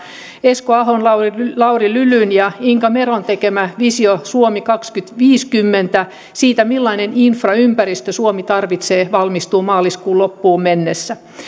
esko ahon lauri lauri lylyn ja inka meron tekemä visio suomi kaksituhattaviisikymmentä siitä millaisen infraympäristön suomi tarvitsee valmistuu maaliskuun loppuun mennessä